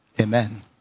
Amen